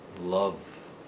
love